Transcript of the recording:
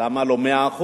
למה לא 100%?